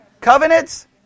covenants